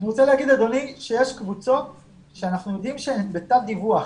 אני רוצה לומר שיש קבוצות שאנחנו יודעים שהן בתת דיווח